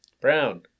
Brown